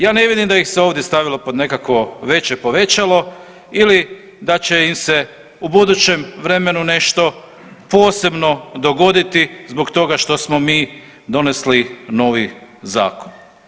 Ja ne vidim da ih se ovdje stavilo pod nekakvo veće povećalo ili da će im se u budućem vremenu nešto posebno dogoditi zbog toga što smo mi donesli novi zakon.